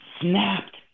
Snapped